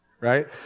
right